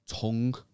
Tongue